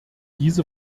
diese